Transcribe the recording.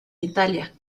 italia